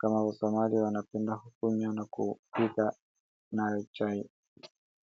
Kama wasomali wanapenda kukunywa na kupika nayo chai.